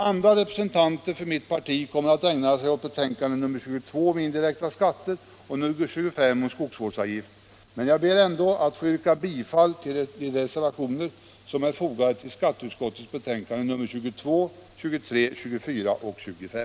Andra representanter för mitt parti kommer att ägna sig åt betänkande nr 22 om indirekta skatter och nr 25 om skogsvårdsavgift, men jag ber ändå att få yrka bifall till de reservationer som är fogade till skatteutskottets betänkanden nr 22, 23; 24 och 25.